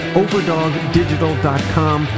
overdogdigital.com